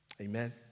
Amen